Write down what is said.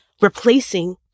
replacing